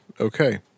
Okay